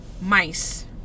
mice